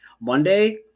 Monday